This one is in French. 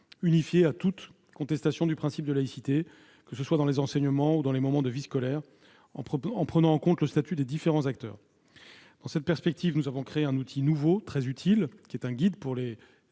unifiée à toute contestation du principe de laïcité, que ce soit dans les enseignements ou dans les moments de vie scolaire, en prenant en compte le statut des différents acteurs. Dans cette perspective, nous avons créé un outil nouveau et très utile, qui est un guide pour les